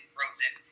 Frozen